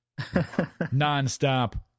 nonstop